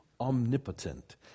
omnipotent